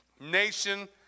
nation